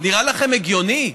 זה נראה לכם הגיוני?